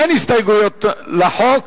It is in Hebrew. אין הסתייגויות לחוק.